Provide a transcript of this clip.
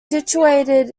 situated